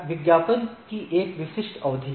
विज्ञापन की एक विशिष्ट अवधि है